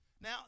Now